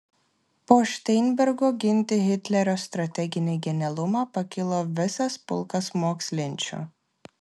po šteinbergo ginti hitlerio strateginį genialumą pakilo visas pulkas mokslinčių